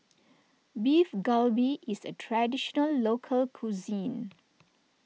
Beef Galbi is a Traditional Local Cuisine